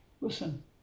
listen